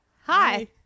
Hi